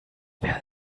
wer